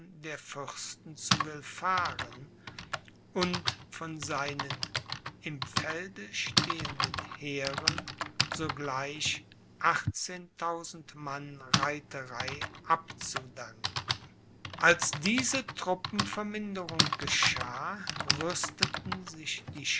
der fürsten zu willfahren und von seinen im felde stehenden heeren sogleich achtzehntausend mann reiterei abzudanken als diese truppenverminderung geschah rüsteten sich die